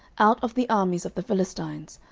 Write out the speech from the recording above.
out of the armies of the philistines,